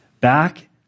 Back